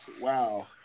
Wow